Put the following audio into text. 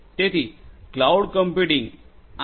તેથી cloud computing આ શુ છે